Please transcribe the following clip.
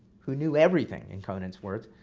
who knew everything, in conant's words,